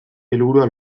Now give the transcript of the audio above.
helburua